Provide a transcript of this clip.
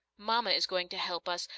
mama is going to help us,